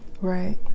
right